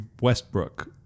Westbrook